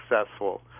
successful